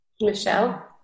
Michelle